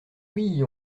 oui